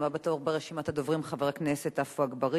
הבא בתור ברשימת הדוברים הוא חבר הכנסת עפו אגבאריה,